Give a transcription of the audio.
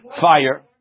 fire